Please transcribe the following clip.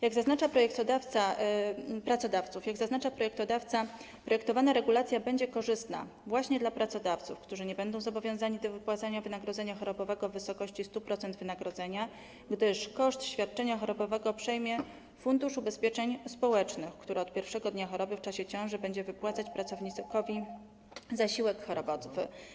Jak zaznacza projektodawca, proponowana regulacja będzie korzystna właśnie dla pracodawców, którzy nie będą zobowiązani do wypłacania wynagrodzenia chorobowego w wysokości 100% wynagrodzenia, gdyż koszt świadczenia chorobowego przejmie Fundusz Ubezpieczeń Społecznych, który od pierwszego dnia choroby w czasie ciąży będzie wypłacać pracownikowi zasiłek chorobowy.